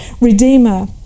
redeemer